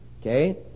Okay